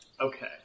Okay